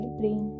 brain